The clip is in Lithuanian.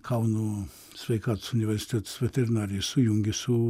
kauno sveikatos universitetas veterinarijos sujungė su